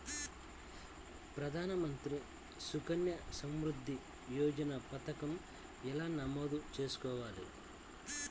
ప్రధాన మంత్రి సుకన్య సంవృద్ధి యోజన పథకం ఎలా నమోదు చేసుకోవాలీ?